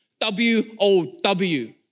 W-O-W